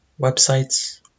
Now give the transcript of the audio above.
websites